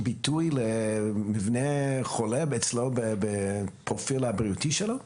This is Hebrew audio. ביטוי למבנה חולה בפרופיל הבריאותי שלו?